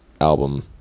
album